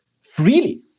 freely